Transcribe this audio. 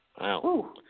Wow